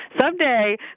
someday